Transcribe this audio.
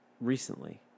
recently